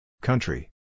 Country